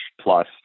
plus